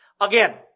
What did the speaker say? Again